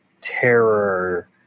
terror